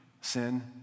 sin